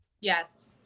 Yes